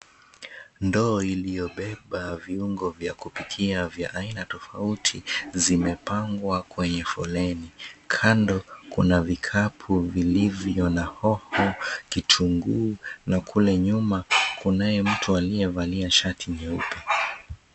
Ndoo iliyobeba viungo vya kupikia vya aina tofauti zimepangwa kwenye foleni. Kando kuna vikapu vilivyo na hoho, kitunguu na kule nyuma kunaye mtu aliyevalia shati jeupe.